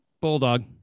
Bulldog